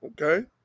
okay